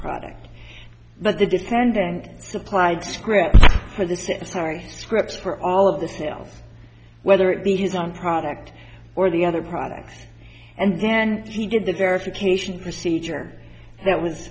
products but the defendant supplied scripts for the sorry scripts for all of the sales whether it be his own product or the other products and then he did the verification procedure that was